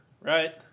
right